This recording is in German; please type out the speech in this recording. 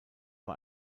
war